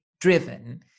driven